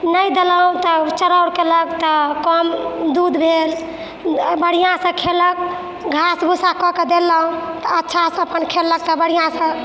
नहि देलौँ तऽ चरौर केलक तऽ कम दूध भेल बढ़िआँसँ खेलक घास भूसा कऽ कऽ देलौँ तऽ अच्छासँ अपन खेलक तऽ बढ़िआँसँ